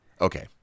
okay